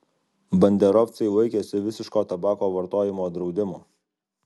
banderovcai laikėsi visiško tabako vartojimo draudimo